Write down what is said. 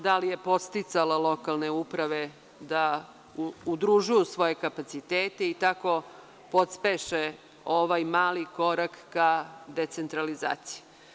Da li je podsticala lokalne uprave da udružuju svoje kapacitete i tako pospeše ovaj mali korak ka decentralizaciji?